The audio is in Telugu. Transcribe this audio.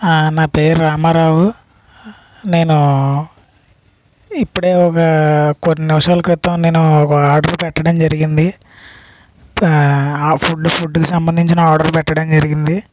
నా పేరు రామారావు నేను ఇప్పుడే ఒక కొన్ని నిమిషాల క్రితం నేను ఒక ఆర్డర్ పెట్టడం జరిగింది ఆ ఫుడ్ ఫుడ్కి సంబంధించిన ఆర్డర్ పెట్టడం జరిగింది